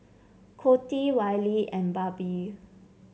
Coty Wylie and Barbie